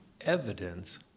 evidence